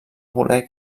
voler